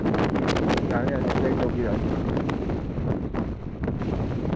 ꯎꯝ ꯌꯥꯅꯤ ꯌꯥꯅꯤ ꯀꯔꯤ ꯇꯧꯕꯤꯔꯛꯑꯒꯦꯕ ꯎꯝ